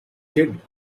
kid